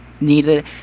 needed